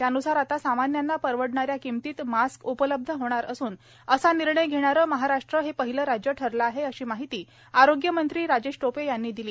त्यान्सार आता सामान्यांना परवडणाऱ्या किमतीत मास्क उपलब्ध होणार असून असा निर्णय घेणारं महाराष्ट्र पहिलं राज्य ठरलं आहे अशी माहिती आरोग्यमंत्री राजेश टोपे यांनी दिली